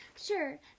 Sure